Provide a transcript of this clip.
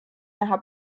näha